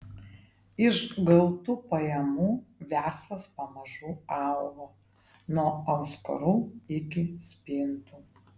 iš gautų pajamų verslas pamažu augo nuo auskarų iki spintų